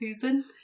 Susan